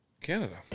Canada